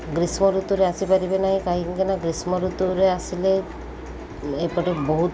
ଗ୍ରୀଷ୍ମ ଋତୁରେ ଆସିପାରିବେ ନାହିଁ କାହିଁକି ନା ଗ୍ରୀଷ୍ମ ଋତୁରେ ଆସିଲେ ଏପଟେ ବହୁତ